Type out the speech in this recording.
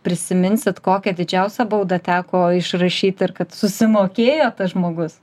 prisiminsit kokią didžiausią baudą teko išrašyt ir kad susimokėjo tas žmogus